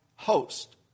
host